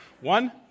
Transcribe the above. One